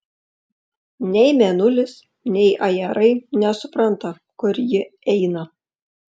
nei mėnulis nei ajerai nesupranta kur ji eina